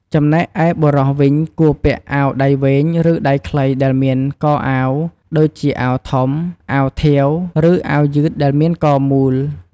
ចំណែកឯបុរសវិញ គួរពាក់អាវដៃវែង ឬដៃខ្លីដែលមានកអាវ ដូចជាអាវធំ អាវធាវ ឬអាវយឺតដែលមានកមូល។